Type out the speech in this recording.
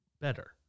better